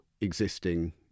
existing